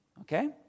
okay